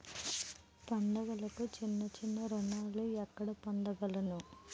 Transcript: పండుగలకు చిన్న చిన్న రుణాలు ఎక్కడ పొందగలను?